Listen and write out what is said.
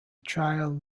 trial